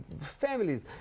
families